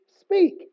speak